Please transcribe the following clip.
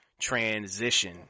transition